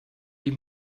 die